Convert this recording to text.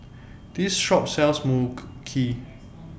This Shop sells Mui Kee